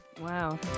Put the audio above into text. wow